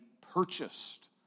purchased